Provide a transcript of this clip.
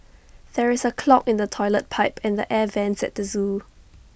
there is A clog in the Toilet Pipe and the air Vents at the Zoo